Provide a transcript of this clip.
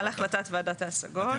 על החלטת ועדת ההשגות.